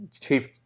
chief